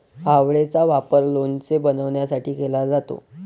आवळेचा वापर लोणचे बनवण्यासाठी केला जातो